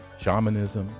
shamanism